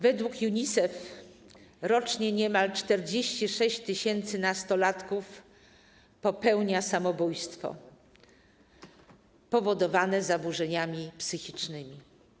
Według UNICEF rocznie niemal 46 tys. nastolatków popełnia samobójstwo powodowane zaburzeniami psychicznymi.